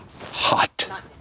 hot